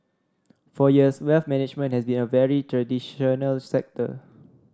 for years wealth management has been a very traditional sector